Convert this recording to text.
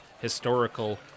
historical